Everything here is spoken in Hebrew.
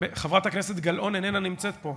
חברת הכנסת גלאון איננה נמצאת פה,